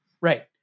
right